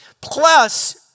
Plus